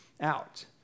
out